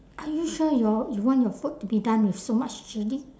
are you sure your you want your food to be done with so much chilli